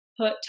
put